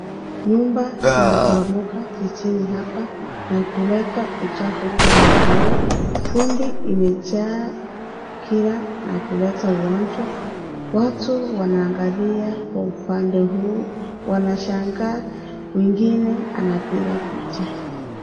Nyumba zimeporomoka jijini hapa na kuleta uchafu kila mahali. Vumbi imejaa kila na kuleta ugonjwa. Watu wanaangalia kwa upande huu. Wanashangaa, mwingine anapiga picha.